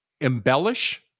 embellish